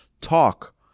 talk